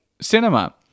cinema